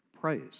praise